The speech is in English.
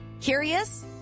Curious